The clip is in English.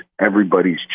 everybody's